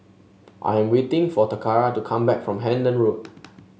I am waiting for Toccara to come back from Hendon Road